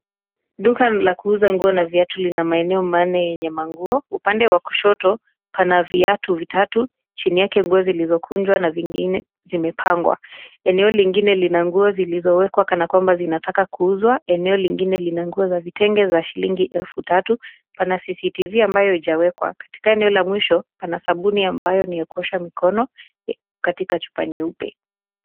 Duka ni la kuuza nguo na viatu lina maeneo maeneo yenye manguo. Upande wa kushoto, pana viatu vitatu, chini yake ngozi lizokunjwa na vingine zimepangwa. Eneo lingine lina nguo zilizowekwa kana kwamba zinataka kuuzwa. Eneo lingine lina nguo za vitenge za shilingi elfu tatu. Pana CCTV ambayo ijawekwa. Katika eneo la mwisho, pana sabuni ambayo ni ya kuosha mikono, katika chupa nyeupe.